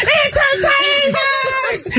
entertainers